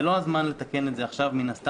זה לא הזמן לתקן את זה עכשיו מן הסתם.